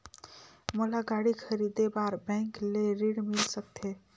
मोला गाड़ी खरीदे बार बैंक ले ऋण मिल सकथे?